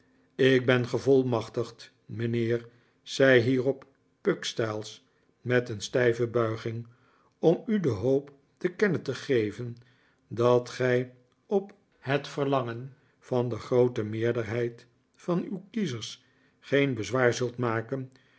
ik ben gevolmachtigd mijnheer zei hierop pugstyles met een stijve bulging om u de hoop te kennen te geven dat gij op het verlangen van de groote meerderheid van uw kiezers geen bezwaar zult maken